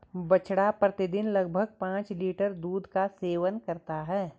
बछड़ा प्रतिदिन लगभग पांच लीटर दूध का सेवन करता है